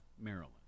Maryland